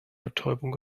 betäubung